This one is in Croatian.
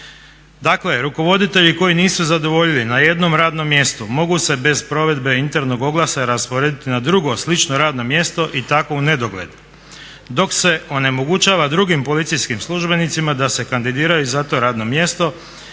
Dakle, rukovoditelji koji nisu zadovoljili na jednom radnom mjestu mogu se bez provedbe internog oglasa rasporediti na drugo slično radno mjesto i tako u nedogled. Dok se onemogućava drugim policijskim službenicima da se kandidiraju za to radno mjesto